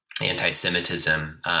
anti-Semitism